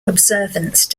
observance